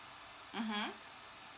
mmhmm